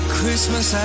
Christmas